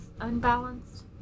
Unbalanced